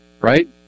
right